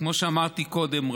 כמו שאמרתי קודם,